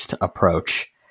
approach